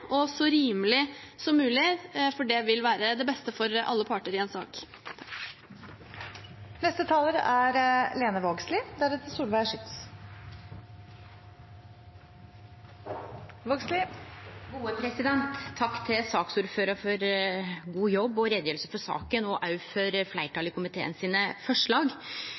og så rimelig som mulig, for det vil være det beste for alle parter i en sak. Takk til saksordføraren for god jobb og for utgreiinga av saka, og takk også for forslaga frå fleirtalet i komiteen.